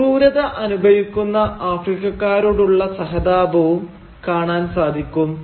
ക്രൂരത അനുഭവിക്കുന്ന ആഫ്രിക്കക്കാരോടുള്ള സഹതാപവും കാണാൻ സാധിക്കും